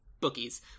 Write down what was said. bookies